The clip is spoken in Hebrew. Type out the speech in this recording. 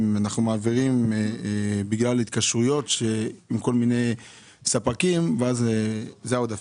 מעבירים בגלל התקשרויות עם כל מיני ספקים ואלה הם העודפים.